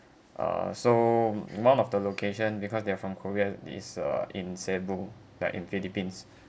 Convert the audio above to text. uh so one of the location because they're from korea is uh in cebu like in philippines